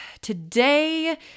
Today